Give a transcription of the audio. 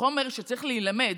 החומר שצריך להילמד,